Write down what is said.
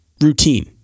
Routine